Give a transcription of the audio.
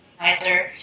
advisor